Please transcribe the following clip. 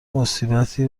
مصیبتی